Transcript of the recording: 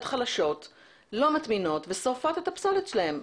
חלשות לא מטמינות ושורפות את הפסולת שלהן.